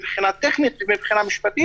מבחינה טכנית ומבחינה משפטית.